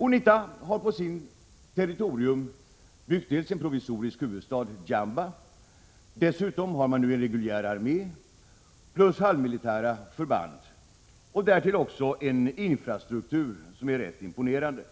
UNITA har på sitt territorium byggt en provisorisk huvudstad, Jamba. Dessutom har man nu en reguljär armé plus halvmilitära förband. Därtill kommer en infrastruktur som är rätt imponerande.